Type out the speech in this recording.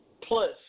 Plus